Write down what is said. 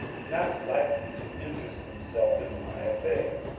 not likely to interest himself in my affair,